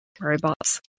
Robots